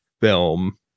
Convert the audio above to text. film